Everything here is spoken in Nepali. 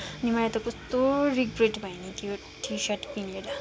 अनि मलाई त कस्तो रिग्रेट भयो नि त्यो टी सर्ट किनेर